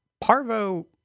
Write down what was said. Parvo